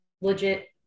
legit